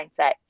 mindset